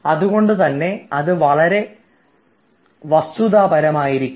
അതുകൊണ്ടുതന്നെ അത് വളരെ അധികം വസ്തുതാപരമായിരിക്കും